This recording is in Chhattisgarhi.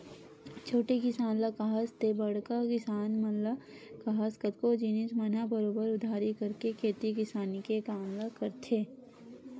छोटे किसान ल काहस ते बड़का किसान मन ल काहस कतको जिनिस मन म बरोबर उधारी करके खेती किसानी के काम ल करथे